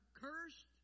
cursed